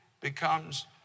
becomes